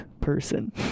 person